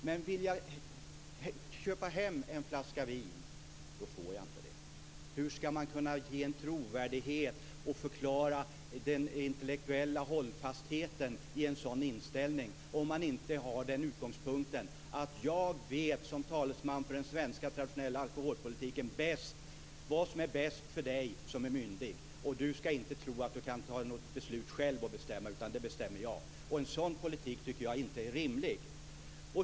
Men om de vill köpa hem en flaska vin får de inte göra det. Hur ska man kunna vara trovärdig och förklara den intellektuella hållfastheten i en sådan inställning om man inte har den utgångspunkten att man, som talesman för den svenska traditionella alkoholpolitiken, vet vad som är bäst för dem som är myndiga. De ska då inte tro att de kan fatta något beslut själva och bestämma utan det gör någon annan. En sådan politik tycker jag inte är rimlig.